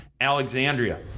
Alexandria